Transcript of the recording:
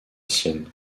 sienne